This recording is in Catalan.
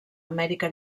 amèrica